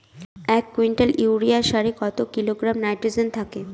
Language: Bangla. এক কুইন্টাল ইউরিয়া সারে কত কিলোগ্রাম নাইট্রোজেন থাকে?